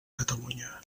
catalunya